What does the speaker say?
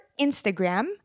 Instagram